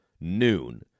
noon